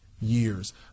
years